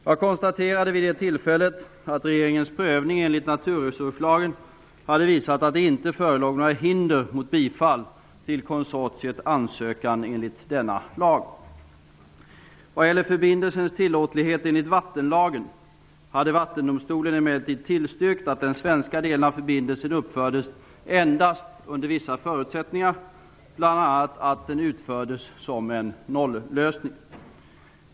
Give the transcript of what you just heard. Jag konstaterade vid det tillfället att regeringens prövning enligt naturresurslagen hade visat att det inte förelåg några hinder mot bifall till konsortiets ansökan enligt denna lag. Vad gäller förbindelsens tillåtlighet enligt vattenlagen hade Vattendomstolen emellertid tillstyrkt att den svenska delen av förbindelsen uppfördes endast under vissa förutsättningar, bl.a. att den utfördes som en nollösning.